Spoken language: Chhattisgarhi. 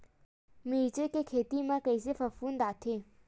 मिर्च के खेती म कइसे फफूंद आथे?